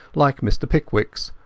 like mr pickwickas,